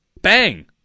Bang